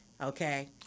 okay